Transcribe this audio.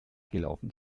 gelaufen